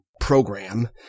program